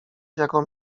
jaką